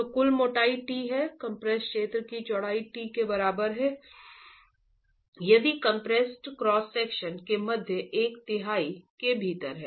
तो कुल मोटाई t है कंप्रेस क्षेत्र की चौड़ाई t के बराबर है यदि कंप्रेस क्रॉस सेक्शन के मध्य एक तिहाई के भीतर है